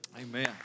Amen